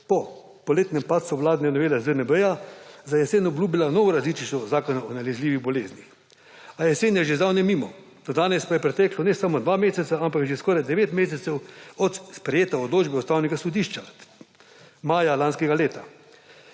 po poletnem padcu vladne novele ZNB za jesen obljubila novo različico Zakona o nalezljivih boleznih. A jesen je že zdavnaj mimo. Do danes pa nista pretekla samo dva meseca, ampak je preteklo že skoraj devet mesecev od sprejete odločbe Ustavnega sodišča maja lanskega leta,